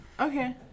Okay